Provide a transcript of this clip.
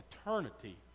eternity